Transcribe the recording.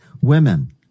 Women